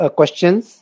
questions